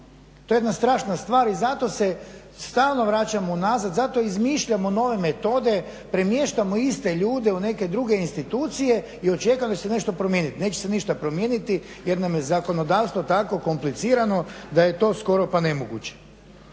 To je jedna strašna stvar i zato se stalno vraćam unazad, zato izmišljamo nove metode, premještamo iste ljude u neke druge institucije i očekujem da će se nešto promijeniti. Neće se ništa promijeniti, jer nam je zakonodavstvo tako komplicirano da je to skoro pa nemoguće.